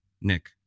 Nick